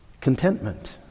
Contentment